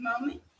moment